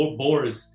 boars